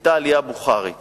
היתה עלייה בוכרית